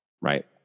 Right